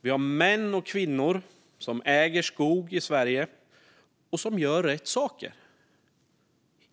Vi har män och kvinnor som äger skog i Sverige och som gör rätt saker,